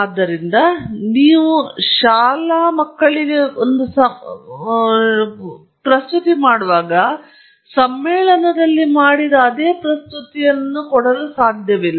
ಆದ್ದರಿಂದ ನೀವು ನಿಮ್ಮ ಶಾಲಾ ಪ್ರೇಕ್ಷಕರಿಗೆ ಒಂದು ಸಮ್ಮೇಳನದಲ್ಲಿ ಮಾಡಿದ ಅದೇ ಪ್ರಸ್ತುತಿಯನ್ನು ಕೇವಲ ಮಾಡಲು ಸಾಧ್ಯವಿಲ್ಲ